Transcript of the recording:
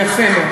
יפה מאוד.